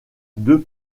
deux